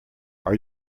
are